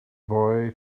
boy